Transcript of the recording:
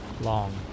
long